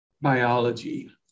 biology